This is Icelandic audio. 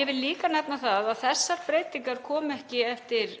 Ég vil líka nefna það að þessar breytingar koma ekki eftir